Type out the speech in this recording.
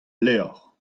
levr